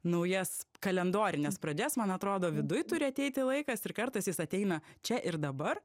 naujas kalendorines pradžias man atrodo viduj turi ateiti laikas ir kartais jis ateina čia ir dabar